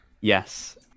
yes